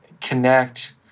connect